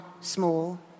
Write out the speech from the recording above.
small